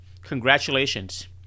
Congratulations